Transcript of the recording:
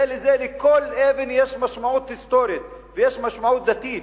לכל אבן יש משמעות היסטורית ויש משמעות דתית,